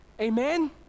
Amen